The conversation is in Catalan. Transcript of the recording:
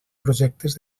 projectes